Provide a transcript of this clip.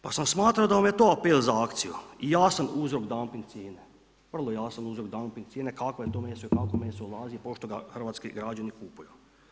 Pa sam smatrao da vam je to apel za akciju i ja sam uzrok dumping cijene, ja sam uzrok dumping cijene, kakvo je to meso i kakvo meso ulazi pošto ga hrvatski građani kupuju.